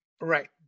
Right